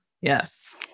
Yes